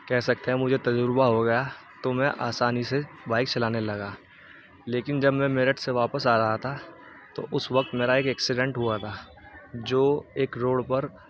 کہہ سکتے ہیں مجھے تجربہ ہو گیا تو میں آسانی سے بائک چلانے لگا لیکن جب میں میرٹھ سے واپس آ رہا تھا تو اس وقت میرا ایک ایکسیڈنٹ ہوا تھا جو ایک روڈ پر